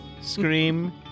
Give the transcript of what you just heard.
scream